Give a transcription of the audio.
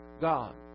God